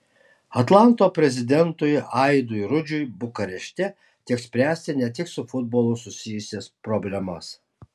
atlanto prezidentui aidui rudžiui bukarešte teks spręsti ne tik su futbolu susijusias problemas